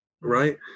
Right